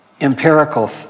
empirical